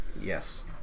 Yes